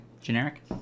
generic